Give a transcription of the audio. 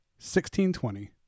1620